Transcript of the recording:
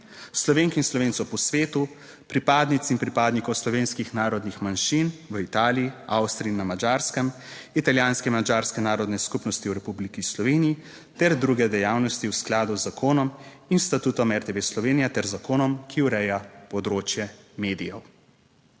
Slovenk in Slovencev po svetu, pripadnic in pripadnikov slovenskih narodnih manjšin v Italiji, Avstriji in na Madžarskem, italijanske in madžarske narodne skupnosti v Republiki Sloveniji ter druge dejavnosti v skladu z zakonom in statutom RTV Slovenija ter zakonom, ki ureja področje medijev.